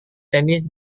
tenis